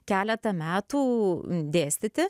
keletą metų dėstyti